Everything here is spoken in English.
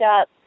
up